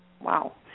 Wow